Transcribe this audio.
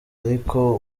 ariko